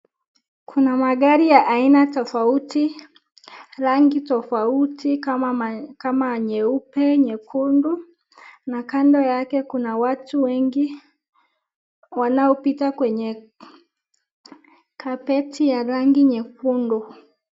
Kuna magari ya aina tofauti, rangi tofauti kama nyeupe, nyekundu na kando yake kuna watu wengi wanaopita kwenye carpet ya rangi nyekundu.